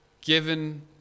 given